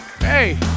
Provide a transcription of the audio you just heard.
Hey